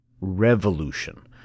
revolution